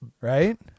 right